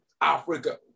Africa